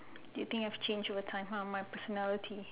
do you think I have changed over time ah my personality